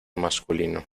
masculino